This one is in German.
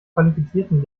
qualifizierten